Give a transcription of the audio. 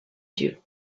dieux